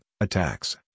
attacks